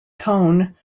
tone